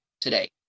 today